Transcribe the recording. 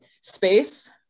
space